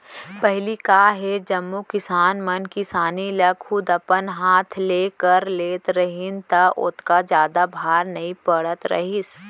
पहिली का हे जम्मो किसान मन किसानी ल खुद अपने हाथ ले कर लेत रहिन त ओतका जादा भार नइ पड़त रहिस